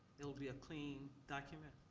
it'll be a clean document?